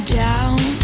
down